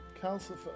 Calcifer